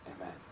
Amen